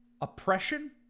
oppression